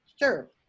Sure